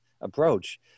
approach